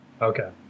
Okay